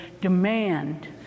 demand